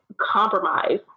compromise